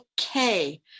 okay